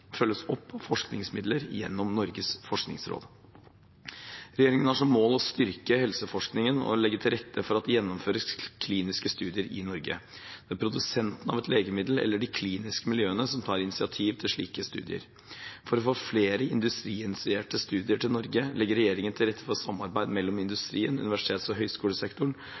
infrastruktur følges opp av forskningsmidler gjennom Norges forskningsråd. Regjeringen har som mål å styrke helseforskningen og legge til rette for at det gjennomføres kliniske studier i Norge. Det er produsenten av et legemiddel eller de kliniske miljøene som tar initiativ til slike studier. For å få flere industriinitierte studier til Norge legger regjeringen til rette for samarbeid mellom industrien, universitets- og høyskolesektoren